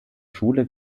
schule